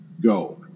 go